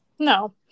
No